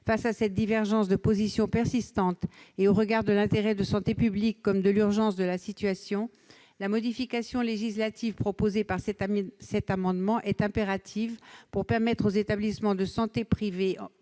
Face à cette divergence de position persistante et au regard de l'intérêt de santé publique comme de l'urgence de la situation, la modification législative proposée par cet amendement est impérative pour permettre aux établissements de santé privés